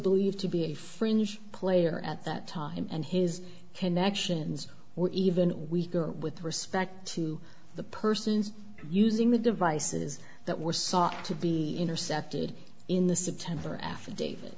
believed to be a fringe player at that time and his connections were even weaker with respect to the persons using the devices that were sought to be intercepted in the september affidavit